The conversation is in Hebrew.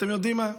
אתם יודעים מה?